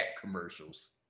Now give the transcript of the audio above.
commercials